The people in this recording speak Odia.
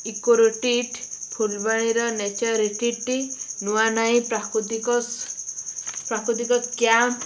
ଇକୋ ରିଟ୍ରିଟ୍ ଫୁଲବାଣୀର ନେଚର ରିଟ୍ରିଟ୍ ନୂଆ ନାଇ ପ୍ରାକୃତିକ ପ୍ରାକୃତିକ କ୍ୟାମ୍ପ୍